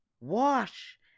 wash